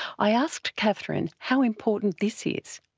i asked katherine how important this is.